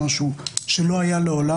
מה שלא היה לעולם.